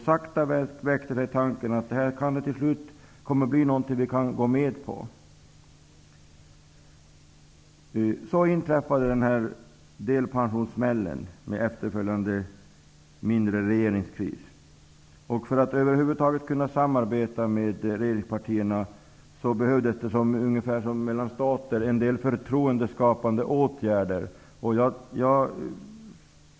Sakta väcktes tanken att detta kanske till slut kunde bli något som vi kunde gå med på. Så inträffade delpensionssmällen med efterföljande mindre regeringskris. För att över huvud taget kunna samarbeta med regeringspartierna behövdes det som mellan stater en del förtroendeskapande åtgärder.